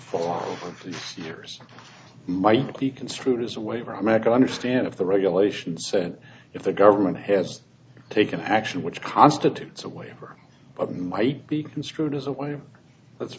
four years might be construed as a waiver american understand of the regulations so that if the government has taken action which constitutes a way or might be construed as a way that's